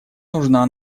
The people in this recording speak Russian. нужна